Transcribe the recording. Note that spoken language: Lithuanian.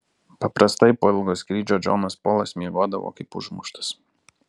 paprastai po ilgo skrydžio džonas polas miegodavo kaip užmuštas